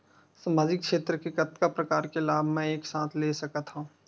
सामाजिक क्षेत्र के कतका प्रकार के लाभ मै एक साथ ले सकथव?